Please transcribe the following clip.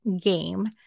game